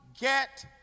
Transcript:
get